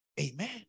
Amen